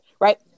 right